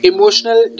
Emotional